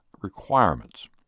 requirements